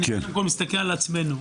אני קודם כל מסתכל על עצמנו,